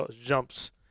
jumps